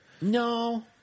No